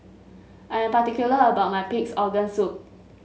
I am particular about my Pig's Organ Soup